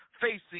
facing